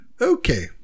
Okay